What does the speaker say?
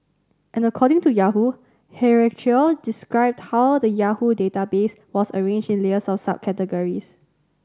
and according to Yahoo described how the Yahoo database was arranged in layers of subcategories